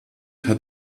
hat